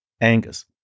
Angus